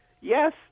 Yes